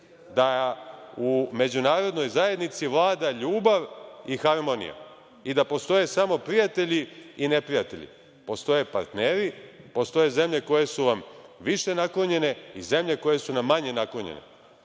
da u međunarodnoj zajednici vlada ljubav i harmonija i da postoje samo prijatelji i neprijatelji. Postoje partneri, postoje zemlje koje su nam više naklonjene i zemlje koje su nam manje naklonjene. Naš